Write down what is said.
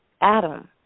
Adam